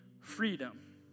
freedom